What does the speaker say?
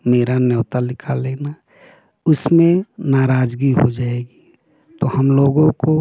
या मेरा न्योता लिखा लेना उसमें नाराज़गी हो जाएगी तो हम लोगों को